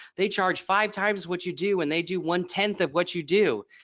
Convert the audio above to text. they charge five times what you do and they do one-tenth of what you do.